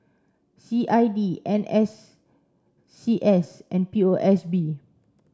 C I D N S C S and P O S B